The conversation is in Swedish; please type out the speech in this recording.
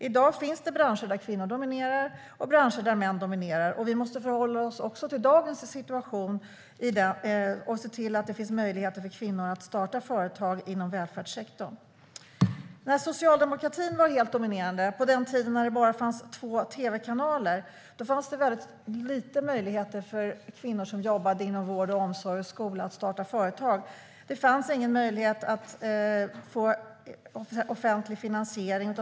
I dag finns det branscher där kvinnor dominerar och branscher där män dominerar, och vi måste också förhålla oss till dagens situation och se till att det finns möjligheter för kvinnor att starta företag inom välfärdssektorn. När socialdemokratin var helt dominerande - på den tiden när det bara fanns två tv-kanaler - fanns det väldigt små möjligheter för kvinnor som jobbade inom vård, omsorg och skola att starta företag. Då fanns det ingen möjlighet till offentlig finansiering.